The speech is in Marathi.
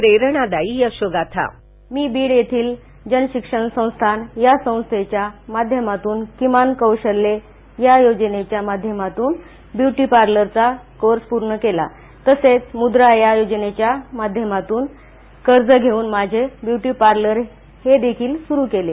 प्रेरणादाई यशोगाथा मी बीड येथील जनशिक्षण संस्थान या संस्थेच्या माध्यमातन किमान कौशल्य या योजनेच्या माध्यमातून ब्युटीपार्लरचा कोर्स पूर्ण केला तसेच मुद्रा या योजनेच्या माध्यमातून कर्ज घेऊन माझे ब्युटीपार्लर हे देखील सुरू केले